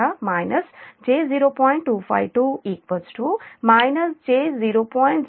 0063 p